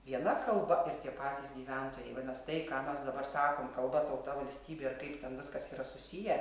viena kalba ir tie patys gyventojai vadinas tai ką mes dabar sakom kalba tauta valstybė ir kaip ten viskas yra susiję